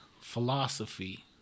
philosophy